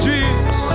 Jesus